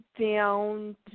down